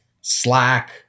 slack